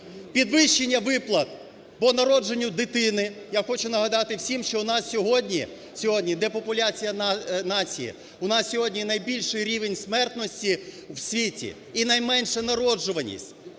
підвищення виплат по народженню дитини. Я хочу нагадати всім, що у нас сьогодні депопуляція нації, у нас сьогодні найбільший рівень смертності в світі і найменша народжуваність.